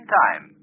time